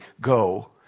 Go